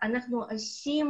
כל שנה אנחנו עושים